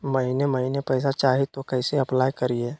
महीने महीने पैसा चाही, तो कैसे अप्लाई करिए?